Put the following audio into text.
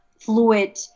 fluid